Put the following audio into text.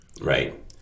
right